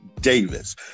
Davis